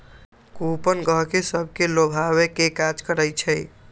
coupon गहकि सभके लोभावे के काज करइ छइ